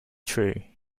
true